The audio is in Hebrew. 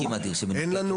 אין לנו